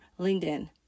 LinkedIn